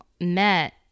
met